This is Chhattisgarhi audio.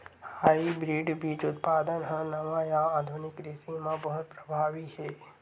हाइब्रिड बीज उत्पादन हा नवा या आधुनिक कृषि मा बहुत प्रभावी हे